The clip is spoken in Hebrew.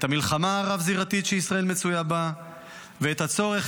את המלחמה הרב-זירתית שישראל מצויה בה ואת הצורך